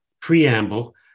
preamble